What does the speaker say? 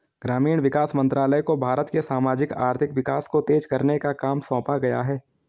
ग्रामीण विकास मंत्रालय को भारत के सामाजिक आर्थिक विकास को तेज करने का काम सौंपा गया है